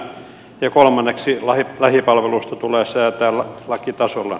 ja kolmanneksi lähipalveluista tulee säätää lakitasolla